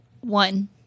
one